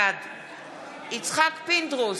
בעד יצחק פינדרוס,